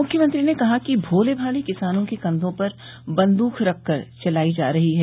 मुख्यमंत्री ने कहा कि भोले भाले किसानों के कंधों पर बंदूक रख कर चलाई जा रही है